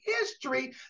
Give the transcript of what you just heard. history